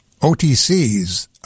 OTCs